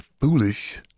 foolish